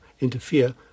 interfere